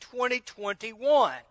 2021